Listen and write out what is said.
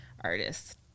artists